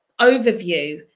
overview